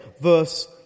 Verse